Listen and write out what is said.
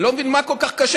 אני לא מבין, מה כל כך קשה?